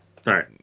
Sorry